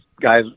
guys